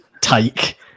take